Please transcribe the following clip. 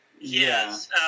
Yes